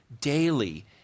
daily